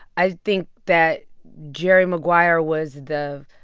i think that jerry maguire was the